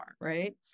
right